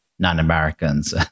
non-Americans